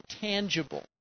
tangible